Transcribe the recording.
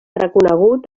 reconegut